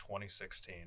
2016